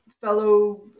fellow